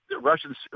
Russians